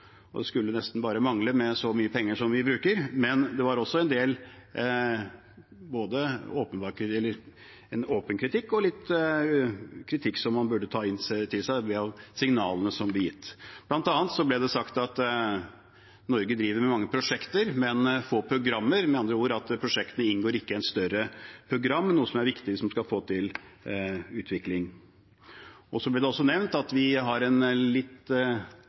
det skulle nesten bare mangle med så mye penger som vi bruker – men det var også en del åpen kritikk og litt kritikk som man burde ta til seg via signalene som ble gitt. Blant annet ble det sagt at Norge driver med mange prosjekter, men få programmer – med andre ord at prosjektene ikke inngår i et større program, noe som er viktig hvis man skal få til utvikling. Så ble det også nevnt at vi har en litt